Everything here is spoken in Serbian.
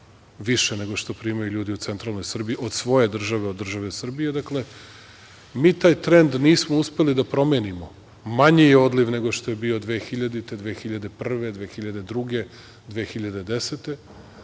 više nego što primaju ljudi u centralnoj Srbiji, od svoje države, od države Srbije. Mi taj trend nismo uspeli da promenimo. Manji je odliv nego što je bio 2000, 2001, 2002, 2010.